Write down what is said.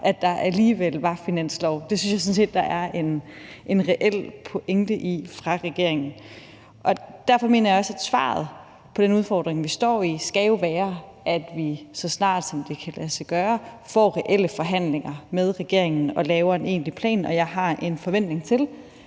før der alligevel var en finanslov? Det synes jeg sådan set der er en reel pointe i fra regeringens side. Derfor mener jeg også, at svaret på den udfordring, vi står i, jo skal være, at vi, så snart det kan lade sig gøre, får reelle forhandlinger med regeringen og laver en egentlig plan. Og jeg har en forventning til,